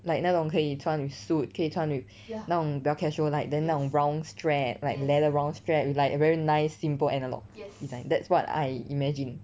like 那种可以穿 with suit 可以穿 with 那种比较 casual like then 那种 brown strap like leather brown strap with like very nice simple analogue is like that's what I imagine